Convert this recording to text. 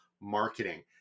marketing